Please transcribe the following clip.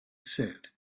said